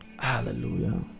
Hallelujah